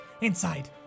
inside